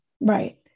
Right